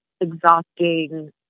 exhausting